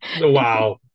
wow